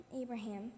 Abraham